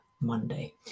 monday